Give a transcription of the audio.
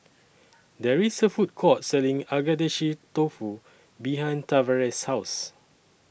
There IS A Food Court Selling Agedashi Dofu behind Tavares' House